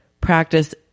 practice